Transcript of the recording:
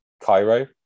Cairo